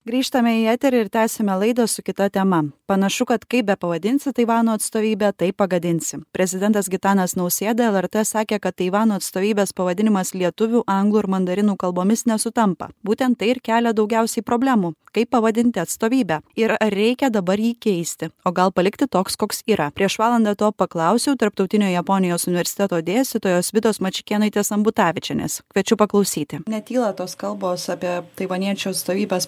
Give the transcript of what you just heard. grįžtame į eterį ir tęsiame laidą su kita tema panašu kad kaip bepavadinsi taivano atstovybę taip pagadinsi prezidentas gitanas nausėda lrt sakė kad taivano atstovybės pavadinimas lietuvių anglų ir mandarinų kalbomis nesutampa būtent tai ir kelia daugiausiai problemų kaip pavadinti atstovybę ir ar reikia dabar jį keisti o gal palikti toks koks yra prieš valandą to paklausiau tarptautinio japonijos universiteto dėstytojos vitos mačikėnaitės ambutavičienės kviečiu paklausyti netyla tos kalbos apie taivaniečių atstovybės